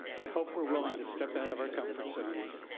i hope we're willing to step out of our comfort zones.